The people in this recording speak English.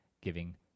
giving